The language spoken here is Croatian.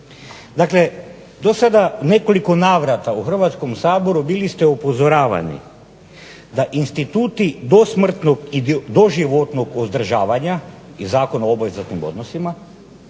Dakle, do sada u nekoliko navrata u Hrvatskom saboru bili ste upozoravani da instituti dosmrtnog i doživotnog uzdržavanja i Zakon o obvezatnim odnosima